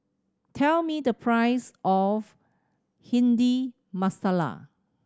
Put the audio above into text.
tell me the price of Bhindi Masala